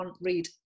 read